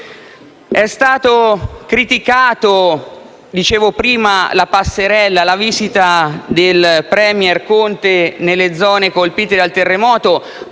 È stata criticata - dicevo prima - la passerella, la visita del *premier* Conte nelle zone colpite dal terremoto